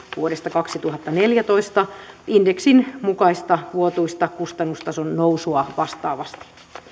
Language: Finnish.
vuodesta kaksituhattaneljätoista indeksin mukaista vuotuista kustannustason nousua vastaavasti